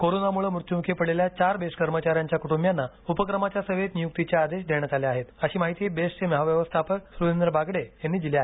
कोरोनामुळे मृत्यूमुखी पडलेल्या चार बेस्ट कर्मचाऱ्यांचा कुटुंबियांना उपक्रमाच्या सेवेत नियुक्तीचे आदेश देण्यात आले आहेत अशी माहिती बेस्टचे महाव्यवस्थापक सुरेंद्र बागडे यांनी दिली आहे